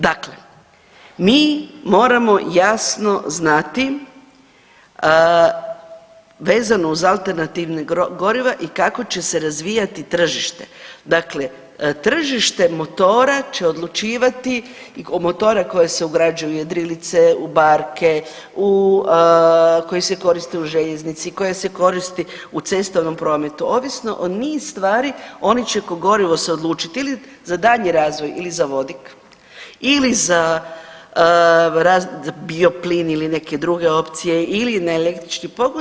Dakle, mi moramo jasno znati vezano uz alternativna goriva i kako će se razvijati tržište, dakle tržište motora će odlučivati, motora koji se ugrađuju u jedrilice, u barke, u, koji se koriste u željeznici, koji se koristi u cestovnom prometu, ovisno o niz stvari oni će ko gorivo se odlučit ili za daljnji razvoj ili za vodik ili za bio plin ili neke druge opcije ili na električni pogon.